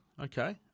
Okay